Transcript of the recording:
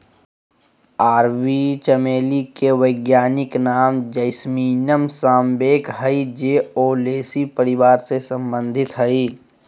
अरबी चमेली के वैज्ञानिक नाम जैस्मीनम सांबैक हइ जे ओलेसी परिवार से संबंधित हइ